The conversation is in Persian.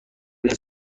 این